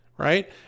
right